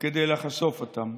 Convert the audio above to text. כדי לחשוף אותם.